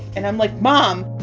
and i'm like, mom